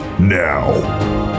Now